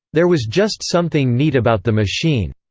there was just something neat about the machine.